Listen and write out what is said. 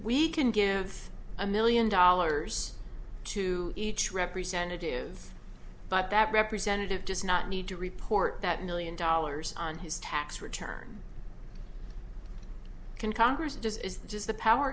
we can give a million dollars to each representative but that representative does not need to report that million dollars on his tax return can congress does is that is the power